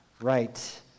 Right